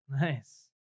Nice